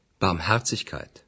Barmherzigkeit